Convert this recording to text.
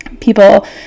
people